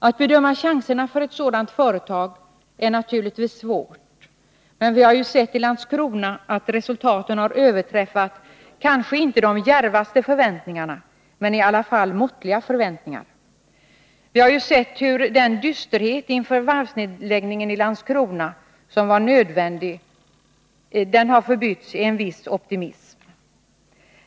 Att bedöma chanserna för ett sådant företag är naturligtvis svårt, men vi har ju sett i Landskrona att resultaten har överträffat kanske inte de djärvaste förväntningar men i alla fall måttliga förväntningar. Vi har sett hur dysterheten inför den nödvändiga varvsnedläggningen i Landskrona har förbytts i en viss optimism.